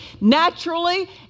Naturally